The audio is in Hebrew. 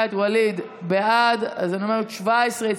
רבה.